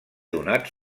donat